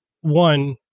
one